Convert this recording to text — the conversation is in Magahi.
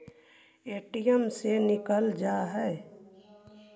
ए.टी.एम से निकल जा है?